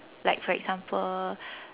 like for example